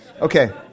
Okay